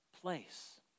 place